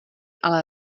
ale